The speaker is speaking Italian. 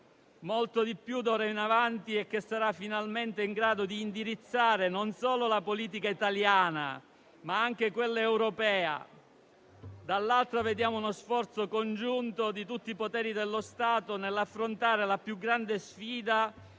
molto di più d'ora in avanti e che sarà finalmente in grado di indirizzare non solo la politica italiana, ma anche quella europea; dall'altra parte, vediamo uno sforzo congiunto di tutti i poteri dello Stato nell'affrontare la più grande sfida